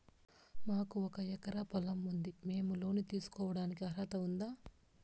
మాకు ఒక ఎకరా పొలం ఉంది మేము లోను తీసుకోడానికి అర్హత ఉందా